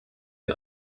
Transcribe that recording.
die